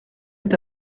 est